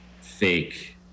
fake